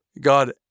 God